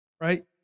right